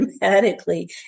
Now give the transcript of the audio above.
dramatically